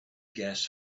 gas